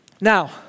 Now